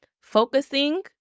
focusing